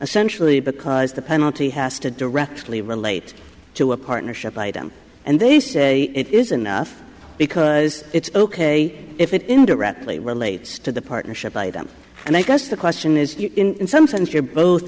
essentially because the penalty has to directly relate to a partnership item and they say it is enough because it's ok if it indirectly relates to the partnership item and i guess the question is in some sense you're both